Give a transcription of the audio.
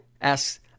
asks